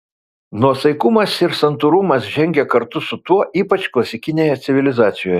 nuosaikumas ir santūrumas žengė kartu su tuo ypač klasikinėje civilizacijoje